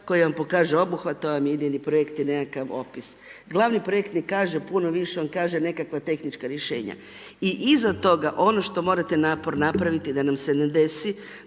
koji vam pokaže obuhvat to vam je …/Govornik se ne razumije./… i nekakav opis. Glavni projekt vam kaže, puno više vam kaže, nekakva tehnička rješenja. I iza toga, ono što morate napor napraviti, da nam se ne desi,